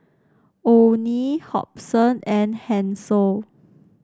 Onie Hobson and Hansel